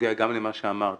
בנוגע גם למה שאמרת,